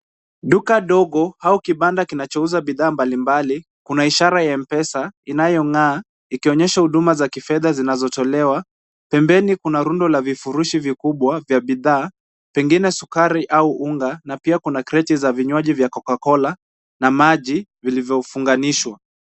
Duka dogo au kibanda kinachouza bidhaa mbalimbali. Kuna ishara ua mpesa inayong'aa ikionyesha huduma za kifedha zinazotolewa. Pembeni kuna rundo la vifurushi vikubwa vya bidhaa pengine sukari au unga na pia kuna kreti za vinywaji vya Coca-Cola na maji vilivyofunganishwa.